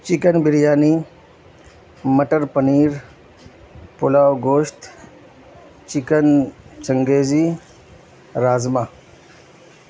chicken biryani مٹر پنیر پلاؤ گوشت chicken changezi rajma